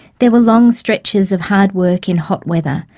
there were long stretches of hard work in hot weather,